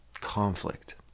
conflict